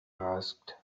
asked